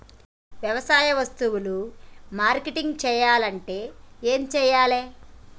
వ్యవసాయ వస్తువులు మార్కెటింగ్ చెయ్యాలంటే ఏం చెయ్యాలే?